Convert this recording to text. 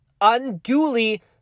unduly